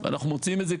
אנחנו מוציאים את זה,